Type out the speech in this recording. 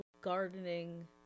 gardening